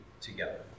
together